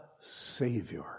Savior